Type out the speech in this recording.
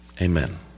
Amen